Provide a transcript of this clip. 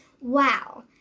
wow